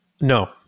No